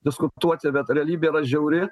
diskutuoti bet realybė žiauri